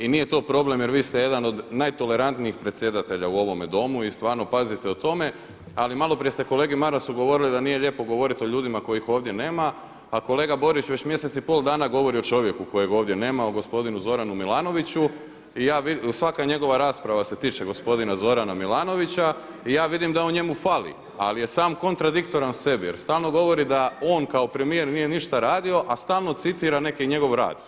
I nije to problem jer vi ste jedan od najtolerantnijih predsjedatelja u ovome Domu i stvarno pazite o tome ali maloprije ste kolegi Marasu govorili da nije lijepo govoriti o ljudima kojih ovdje nema a kolega Borić već mjesec i pol dana govori o čovjeku kojeg ovdje nema, o gospodinu Zoranu Milanoviću, i ja vidim, i svaka njegova rasprava se tiče gospodina Zorana Milanovića i ja vidim da on njemu fali ali je sam kontradiktoran sebi jer stalno govori da on kao premijer nije ništa radio a stalno citira neki njegov rad.